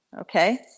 Okay